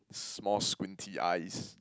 small squinty eyes